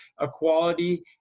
equality